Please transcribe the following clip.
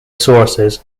sources